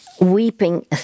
weeping